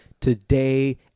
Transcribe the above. today